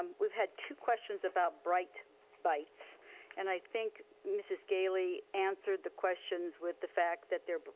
um we've had two questions about bright bites and i think mrs. galey answered the questions with the fact that there, but